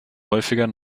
häufiger